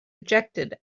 ejected